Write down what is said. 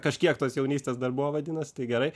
kažkiek tos jaunystės dar buvo vadinas tai gerai